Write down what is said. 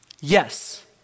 Yes